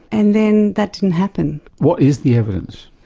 and then that didn't happen. what is the evidence?